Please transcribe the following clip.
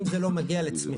אם זה לא מגיע לצמיחה,